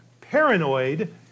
paranoid